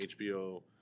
hbo